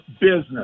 business